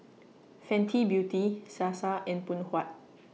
Fenty Beauty Sasa and Phoon Huat